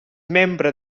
membre